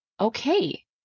Okay